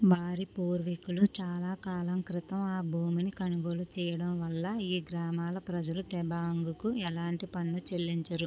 వారి పూర్వీకులు చాలా కాలం క్రితం ఆ భూమిని కొనుగోలు చేయడం వల్ల ఈ గ్రామాల ప్రజలు తబాంగ్కు ఎలాంటి పన్ను చెల్లించరు